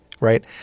right